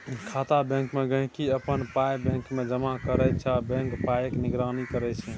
खाता बैंकमे गांहिकी अपन पाइ बैंकमे जमा करै छै आ बैंक पाइक निगरानी करै छै